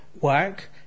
work